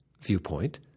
Viewpoint